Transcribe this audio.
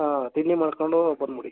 ಹಾಂ ತಿಂಡಿ ಮಾಡ್ಕೊಂಡು ಬಂದ್ಬಿಡಿ